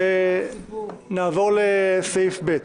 נעבור לסעיף ב',